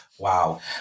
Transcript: Wow